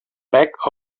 back